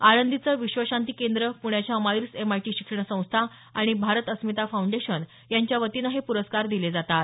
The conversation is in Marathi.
आळंदीचं विश्वशांती केंद्र पुण्याच्या माईर्स एमआयटी शिक्षण संस्था आणि भारत अस्मिता फाउंडेशन यांच्या वतीनं हे पुरस्कार दिले जातात